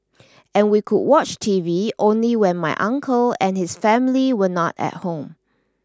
and we could watch TV only when my uncle and his family were not at home